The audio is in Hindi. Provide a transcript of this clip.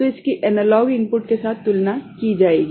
तो इसकी एनालॉग इनपुट के साथ तुलना की जाएगी